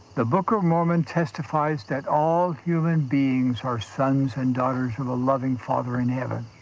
the book of mormon testifies that all human beings are sons and daughters of a loving father in heaven,